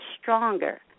stronger